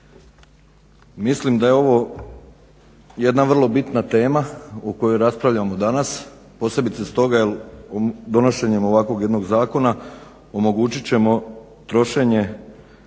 Mislim da je ovo jedna vrlo bitna tema o kojoj raspravljamo danas posebice stoga jer donošenjem ovakvog jednog zakona omogućit ćemo trošenje